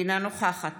אינה נוכחת